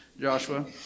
Joshua